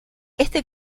este